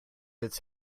its